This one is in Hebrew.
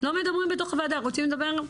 לא מדברים בתוך הוועדה, רוצים לדבר?